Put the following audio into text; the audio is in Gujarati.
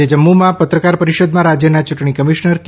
આજે જમ્મુમાં પત્રકાર પરિષદમાં રાજ્યના ચૂંટણી કમિશ્નર કે